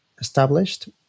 established